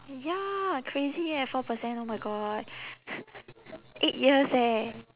ya crazy eh four percent oh my god eight years eh